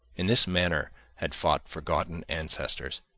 in this manner had fought forgotten ancestors.